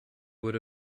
would